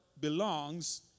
belongs